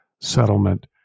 settlement